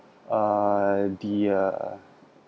uh the uh